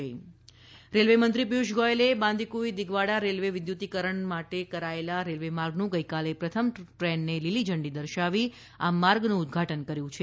Rajasthan Piyush Goyal railway મંત્રી પિયુષ ગોયલે Bandikui Digwada railway વિદ્યુતીકરણ કરાયેલા રેલવે માર્ગનું ગઈકાલે પ્રથમ દ્રેનને લીલી ઝંડી દર્શાવી આ માર્ગનું ઉદઘાટન કર્યું છે